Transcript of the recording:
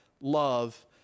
love